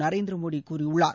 நரேந்திரமோடிகூறியுள்ளார்